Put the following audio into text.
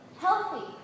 healthy